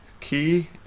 Key